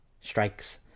strikes